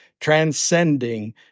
transcending